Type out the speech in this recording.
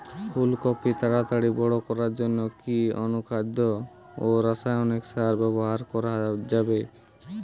ফুল কপি তাড়াতাড়ি বড় করার জন্য কি অনুখাদ্য ও রাসায়নিক সার ব্যবহার করা যাবে?